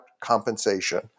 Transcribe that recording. compensation